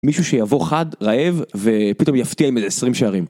מישהו שיבוא חד, רעב, ופתאום יפתיע עם איזה 20 שערים.